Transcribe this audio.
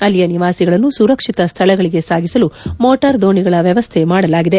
ಅಲ್ಲಿಯ ನಿವಾಸಿಗಳನ್ನು ಸುರಕ್ಷಿತ ಸ್ಥಳಗಳಿಗೆ ಸಾಗಿಸಲು ಮೋಟಾರ್ ದೋಣಿಗಳ ವ್ಯವಸ್ಥೆ ಮಾಡಲಾಗಿದೆ